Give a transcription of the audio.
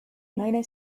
naine